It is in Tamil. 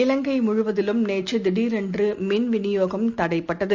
இலங்கைமுழுவதிலும் நேற்றுதிடீரென்றுமின் விநியோகம் தடைபட்டது